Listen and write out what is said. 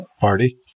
party